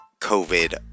COVID